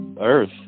Earth